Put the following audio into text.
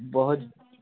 ਬਹੁਤ